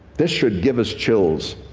this should give us chills,